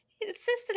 Insisted